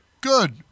Good